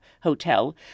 hotel